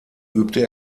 übte